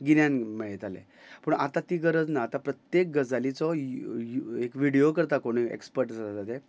गिन्यान मेळयताले पूण आतां ती गरज ना आतां प्रत्येक गजालीचो एक विडयो करता कोणूय एक्सपर्ट आसा ताचे